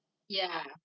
ya